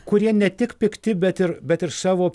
kurie ne tik pikti bet ir bet ir savo